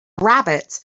rabbit